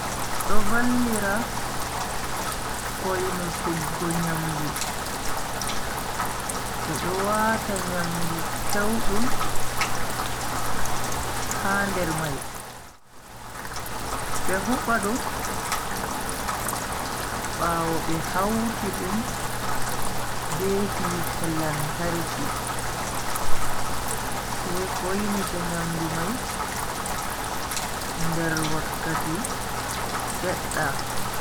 Do vallira foinutuggo nyamdu. be do waata nyamdu pewdum ha nder mai be hubba dum bawo be hauti dum be hite lantarki, sai foinita nyamdu mai nder wakkati sedda.